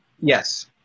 Yes